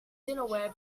dinnerware